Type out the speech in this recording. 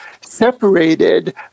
separated